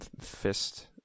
fist